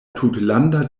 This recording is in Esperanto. tutlanda